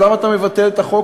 אז למה אתה מבטל את החוק?